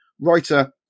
writer